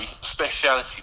speciality